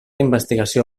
investigació